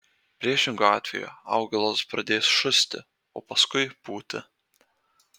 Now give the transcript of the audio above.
priešingu atveju augalas pradės šusti o paskui pūti